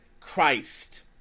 Christ